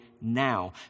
now